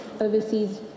overseas